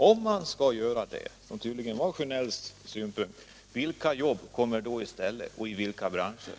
Om man skall göra det, som tydligen var herr Sjönells åsikt, vilka jobb kommer då i stället och i vilka branscher?